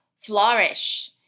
flourish